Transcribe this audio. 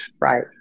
Right